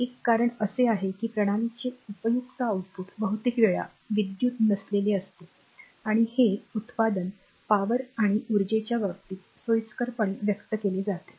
एक कारण असे आहे की प्रणालीचे उपयुक्त आउटपुट बहुतेक वेळा विद्युत नसलेले असते आणि हे उत्पादन पी किंवा आणि उर्जेच्या बाबतीत सोयीस्करपणे व्यक्त केले जाते